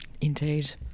Indeed